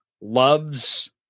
loves